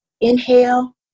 inhale